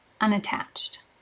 unattached